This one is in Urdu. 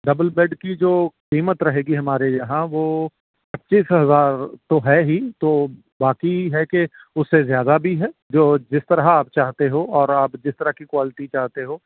ڈبل بیڈ کی جو قیمت رہے گی ہمارے یہاں وہ پچیس ہزار تو ہے ہی تو باقی ہے کہ اس سے زیادہ بھی ہے جو جس طرح آپ چاہتے ہو اور آپ جس طرح کی کوالٹی چاہتے ہو